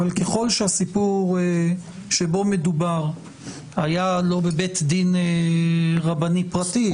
אבל ככל שהסיפור שבו מדובר היה לא בבית דין רבני פרטי,